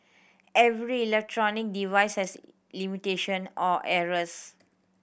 every electronic device has limitation or errors